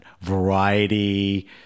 variety